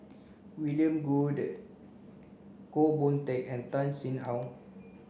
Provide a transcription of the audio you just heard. William Goode Goh Boon Teck and Tan Sin Aun